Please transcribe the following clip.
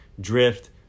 drift